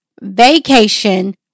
vacation